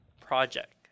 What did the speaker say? project